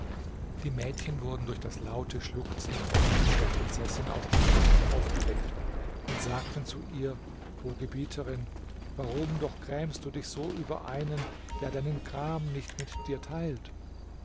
die mädchen wurden durch das laute schluchzen und weinen der prinzessin aus dem schlafe aufgeweckt und sagten zu ihr o gebieterin warum doch grämst du dich so über einen der deinen gram nicht mit dir teilt